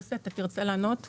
יוסי שנלר יענה על כך.